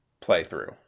playthrough